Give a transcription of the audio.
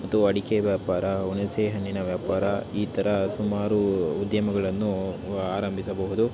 ಮತ್ತು ಅಡಿಕೆ ವ್ಯಾಪಾರ ಹುಣಸೆ ಹಣ್ಣಿನ ವ್ಯಾಪಾರ ಈ ಥರ ಸುಮಾರು ಉದ್ಯಮಗಳನ್ನು ಆರಂಭಿಸಬಹುದು